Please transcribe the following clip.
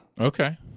Okay